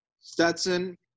Stetson